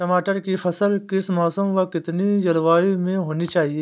टमाटर की फसल किस मौसम व कितनी जलवायु में होनी चाहिए?